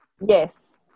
yes